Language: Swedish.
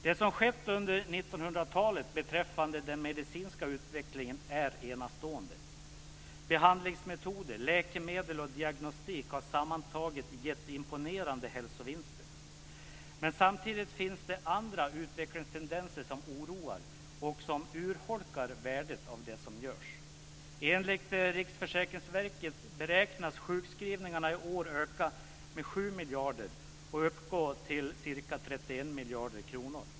Det som skett under 1900-talet beträffande den medicinska utvecklingen är enastående. Behandlingsmetoder, läkemedel och diagnostik har sammantaget gett imponerande hälsovinster. Men samtidigt finns det andra utvecklingstendenser som oroar och som urholkar värdet av det som görs. Enligt Riksförsäkringsverket beräknas sjukskrivningarna i år öka med 7 miljarder och uppgå till ca 31 miljarder kronor.